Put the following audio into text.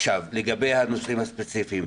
לגבי הנושאים הספציפיים,